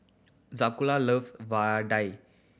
Zakula loves vadai